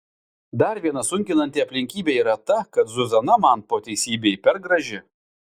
dar viena sunkinanti aplinkybė yra ta kad zuzana man po teisybei per graži